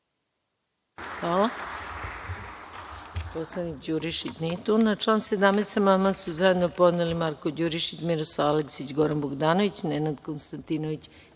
Hvala.